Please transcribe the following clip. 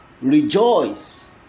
rejoice